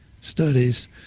studies